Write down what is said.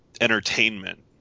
entertainment